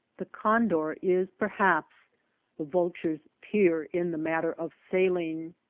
the condor is perhaps the vnlture s peer in the matter of sailing.